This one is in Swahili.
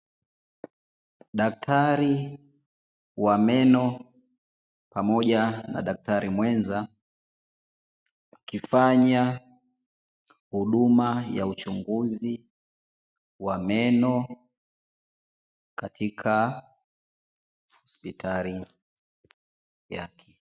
Daktari wa meno pamoja na daktari mwenza, wakifanya huduma ya uchunguzi wa meno katika hospitali yake.